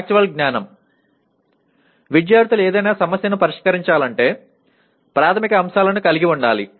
factual జ్ఞానం విద్యార్థులు ఏదయినా సమస్యను పరిష్కారించాలంటే ప్రాథమిక అంశాలను కలిగి ఉండాలి